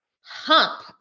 hump